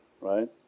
right